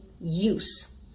use